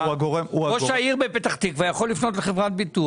ראש העיר פתח תקווה יכול לפנות לחברת ביטוח.